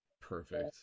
perfect